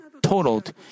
totaled